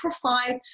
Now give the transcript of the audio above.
provide